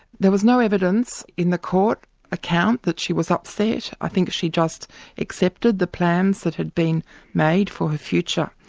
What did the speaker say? there was no evidence in the court account that she was upset. i think she just accepted the plans that had been made for her future.